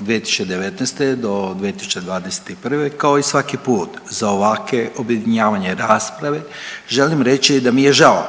2019. do 2021. kao i svaki put za ovakve objedinjavanje rasprave želim reći da mi je žao